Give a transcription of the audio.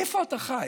איפה אתה חי,